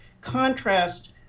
contrast